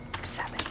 Seven